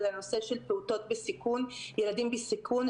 זה הנושא של פעוטות וילדים בסיכון.